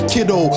Kiddo